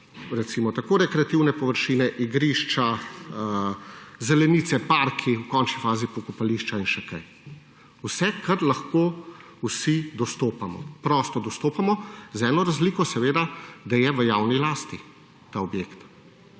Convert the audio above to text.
dobro pa so rekreativne površine, igrišča, zelenice, parki, v končni fazi pokopališča in še kaj. Vse, kamor lahko vsi dostopamo, prosto dostopamo, z eno razliko seveda, da je ta objekt